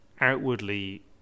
outwardly